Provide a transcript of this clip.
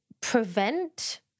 prevent